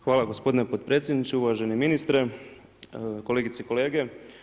Hvala gospodine potpredsjedniče, uvaženi ministre, kolegice i kolege.